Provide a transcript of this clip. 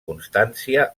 constància